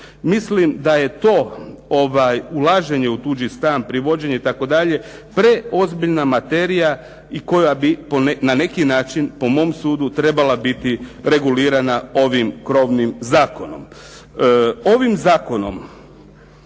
mislim da je to ulaženje u tuđi stan, privođenje itd. preozbiljna materija i koja bi na neki način po mom sudu trebala biti regulirana ovim krovnim zakonom.